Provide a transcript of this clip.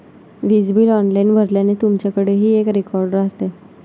वीज bill online भरल्याने, तुमच्याकडेही एक रेकॉर्ड राहते